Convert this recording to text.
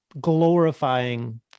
glorifying